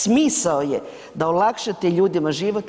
Smisao je da olakšate ljudima život.